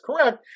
correct